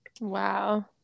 Wow